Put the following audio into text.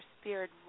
spirit